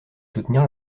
soutenir